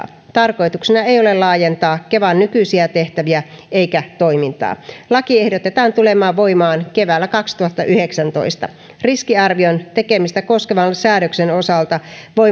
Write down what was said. tarkoituksena ei ole laajentaa kevan nykyisiä tehtäviä eikä toimintaa laki ehdotetaan tulemaan voimaan keväällä kaksituhattayhdeksäntoista riskiarvion tekemistä koskevan säädöksen osalta voimaantuloksi